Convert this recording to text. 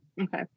okay